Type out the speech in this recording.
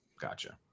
gotcha